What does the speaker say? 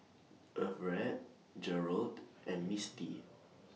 Everette Jerold and Mistie